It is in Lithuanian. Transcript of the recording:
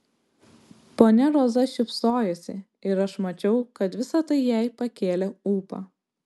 ponia roza šypsojosi ir aš mačiau kad visa tai jai pakėlė ūpą